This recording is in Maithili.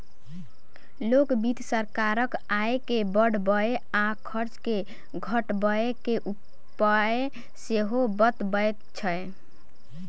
लोक वित्त सरकारक आय के बढ़बय आ खर्च के घटबय के उपाय सेहो बतबैत छै